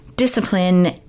discipline